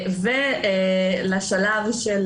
ולשלב של